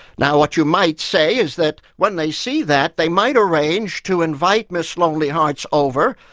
now what you might say is that when they see that, they might arrange to invite miss lonelyhearts over,